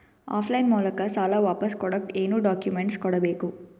Of line ಮೂಲಕ ಸಾಲ ವಾಪಸ್ ಕೊಡಕ್ ಏನು ಡಾಕ್ಯೂಮೆಂಟ್ಸ್ ಕೊಡಬೇಕು?